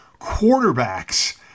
quarterbacks